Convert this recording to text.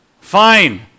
Fine